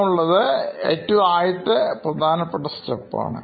എന്നുള്ളത് ഏറ്റവും ആദ്യത്തെ പ്രധാനപ്പെട്ട സ്റ്റെപ്പ് ആണ്